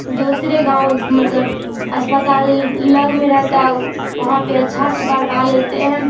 دوسرے گاؤں مطلب اسپتال لگ میں رہتا ہے وہاں پہ اچھا سے کروا لیتے ہیں